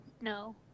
no